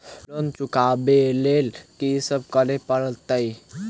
Loan चुका ब लैल की सब करऽ पड़तै?